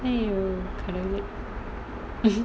!aiyo! கடவுளே:kadavulae